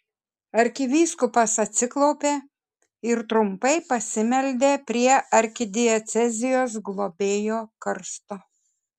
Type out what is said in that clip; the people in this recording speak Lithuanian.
arkivyskupas atsiklaupė ir trumpai pasimeldė prie arkidiecezijos globėjo karsto